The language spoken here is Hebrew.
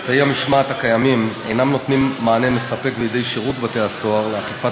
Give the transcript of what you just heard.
אמצעי המשמעת הקיימים אינם נותנים מענה מספק בידי שירות בתי-הסוהר לאכיפת